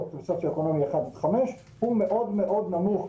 בסוציואקונומי אחד עד חמש הוא מאוד מאוד נמוך,